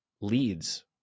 leads